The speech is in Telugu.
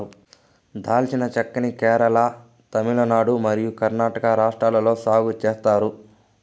దాల్చిన చెక్క ని కేరళ, తమిళనాడు మరియు కర్ణాటక రాష్ట్రాలలో సాగు చేత్తారు